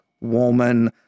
woman